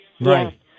Right